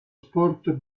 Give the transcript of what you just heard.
sport